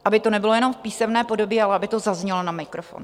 Aby to nebylo jenom v písemné podobě, ale aby to zaznělo na mikrofon.